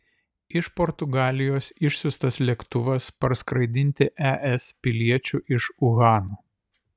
iš portugalijos išsiųstas lėktuvas parskraidinti es piliečių iš uhano